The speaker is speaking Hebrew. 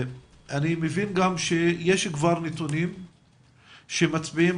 אני מבין שישנם כבר נתונים שמצביעים